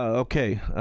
okay.